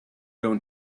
going